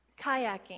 kayaking